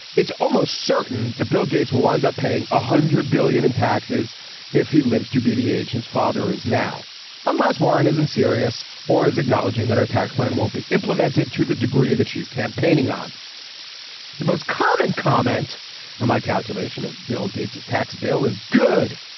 it's almost certain the bill gates will wind up paying a hundred billion in taxes if he lives to be the age his father is now unless warren isn't serious or is acknowledging that our tax plan won't be implemented to the degree that she's campaigning on the most common comment on my calculation of bill gates his tax bill is good.